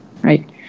Right